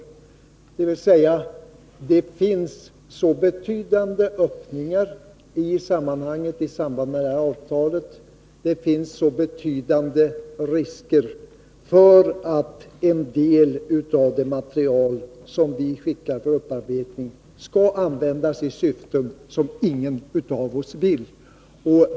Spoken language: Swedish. Det finns så betydande öppningar i samband med avtalet och så betydande risker för att en del av det materialet skall användas för syften som ingen av oss ömkar.